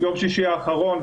יום שישי האחרון,